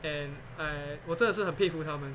and I 我真的是很佩服他们